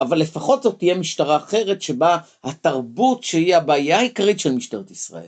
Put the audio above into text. אבל לפחות זאת תהיה משטרה אחרת שבה התרבות שהיא הבעיה העיקרית של משטרת ישראל.